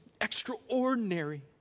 extraordinary